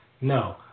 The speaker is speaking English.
No